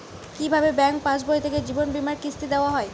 কি ভাবে ব্যাঙ্ক পাশবই থেকে জীবনবীমার কিস্তি দেওয়া হয়?